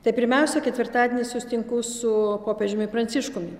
tai pirmiausia ketvirtadienį susitinku su popiežiumi pranciškumi